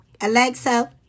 Alexa